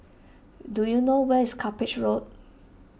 do you know where is Cuppage Road